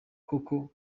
koko